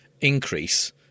increase